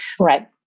Right